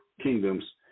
kingdoms